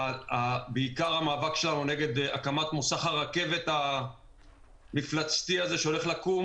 עיקר המאבק שלנו הוא נגד הקמת מוסך הרכבת המפלצתי שהולך לקום